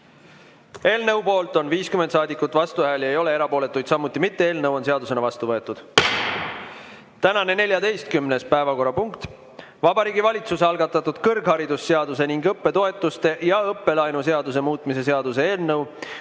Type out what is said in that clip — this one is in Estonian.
Eelnõu poolt on 50 saadikut, vastuhääli ei ole, erapooletuid samuti mitte. Eelnõu on seadusena vastu võetud. Tänane 14. päevakorrapunkt on Vabariigi Valitsuse algatatud kõrgharidusseaduse ning õppetoetuste ja õppelaenu seaduse muutmise seaduse eelnõu